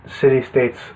city-states